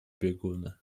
bieguny